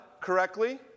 correctly